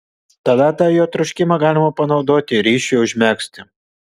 tada tą jo troškimą galima panaudoti ryšiui užmegzti